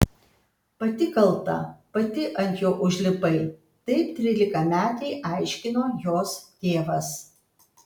pati kalta pati ant jo užlipai taip trylikametei aiškino jos tėvas